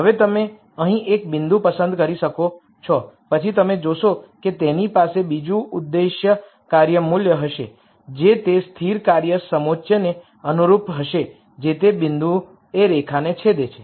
હવે તમે અહીં એક બિંદુ પસંદ કરી શકો છો પછી તમે જોશો કે તેની પાસે બીજું ઉદ્દેશ્ય કાર્ય મૂલ્ય હશે જે તે સ્થિર કાર્ય સમોચ્ચને અનુરૂપ હશે જે તે બિંદુએ રેખાને છેદે છે